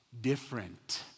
different